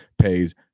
pays